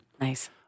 Nice